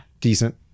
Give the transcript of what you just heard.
decent